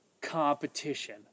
competition